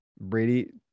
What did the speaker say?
Brady